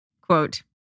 Quote